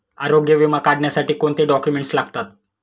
आरोग्य विमा काढण्यासाठी कोणते डॉक्युमेंट्स लागतात?